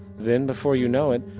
then before you know it,